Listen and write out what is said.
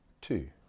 two